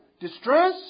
Distress